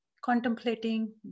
contemplating